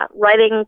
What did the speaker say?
writing